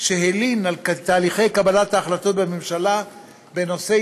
שהלין על תהליכי קבלת ההחלטות בממשלה בנושאי